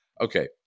okay